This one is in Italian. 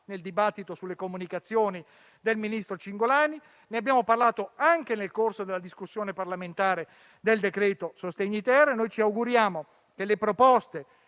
nel dibattito sulle comunicazioni del ministro Cingolani, e ne abbiamo parlato nel corso della discussione parlamentare sul decreto-legge sostegni-*ter*. Noi ci auguriamo che le proposte